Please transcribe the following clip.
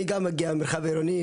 אני גם הגעתי מחבר העולים,